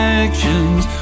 actions